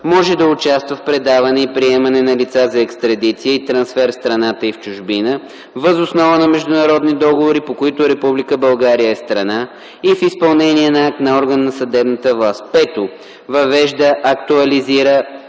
може да участва в предаване и приемане на лица за екстрадиция и трансфер в страната и в чужбина въз основа на международни договори, по които Република България е страна, и в изпълнение на акт на орган на съдебната власт; 5. въвежда, актуализира